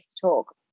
talk